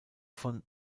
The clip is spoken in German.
von